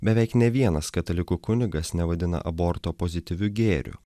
beveik nė vienas katalikų kunigas nevadina aborto pozityviu gėriu